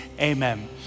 amen